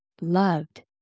loved